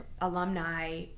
alumni